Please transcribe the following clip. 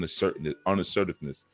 unassertiveness